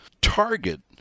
Target